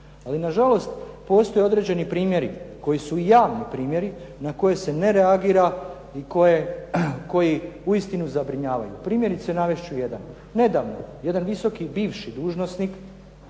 Ali nažalost postoje određeni primjeri koji su javni primjeri na koje se ne reagira i koji uistinu zabrinjavaju. Primjerice navest ću jedan. Nedavno jedan visoki bivši dužnosnik